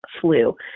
flu